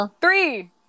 three